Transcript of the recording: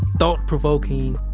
thought-provoking.